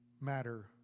matter